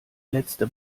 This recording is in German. letzte